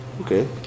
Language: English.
Okay